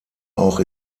auch